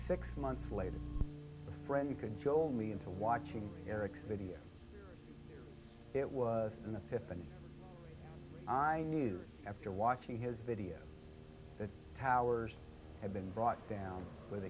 six months later friend you can show me into watching erich's video it was in the fifth and i knew after watching his video that towers had been brought down with